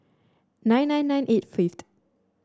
nine nine nine eight fifth